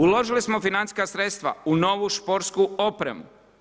Uložili smo financijska sredstva u novu sportsku opremu.